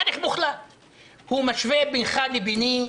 הוא משווה בינך לביני,